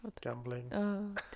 Gambling